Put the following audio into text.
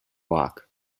walk